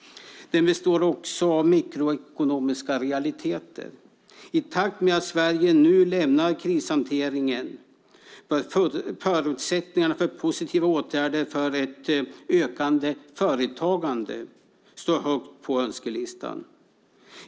Den består också av mikroekonomiska realiteter. I takt med att Sverige nu lämnar krishanteringen bör förutsättningarna för positiva åtgärder för ett ökande företagande stå högst på önskelistan.